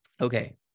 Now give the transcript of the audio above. okay